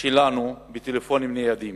שלנו בטלפונים ניידים.